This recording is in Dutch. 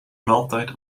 maaltijd